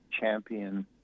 champion